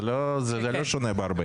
זה לא שונה בהרבה.